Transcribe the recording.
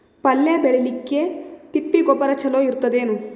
ಪಲ್ಯ ಬೇಳಿಲಿಕ್ಕೆ ತಿಪ್ಪಿ ಗೊಬ್ಬರ ಚಲೋ ಇರತದೇನು?